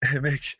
Make